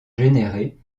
générés